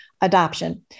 adoption